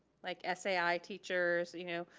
like, sai teachers, you know,